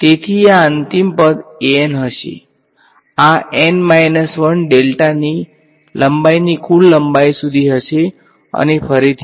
તેથી આ અંતિમ પદ હશે આ ની લંબાઈથી કુલ લંબાઈ સુધી હશે અને ફરીથી